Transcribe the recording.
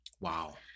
Wow